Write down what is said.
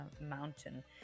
mountain